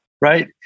right